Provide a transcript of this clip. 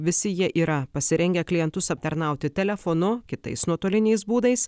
visi jie yra pasirengę klientus aptarnauti telefonu kitais nuotoliniais būdais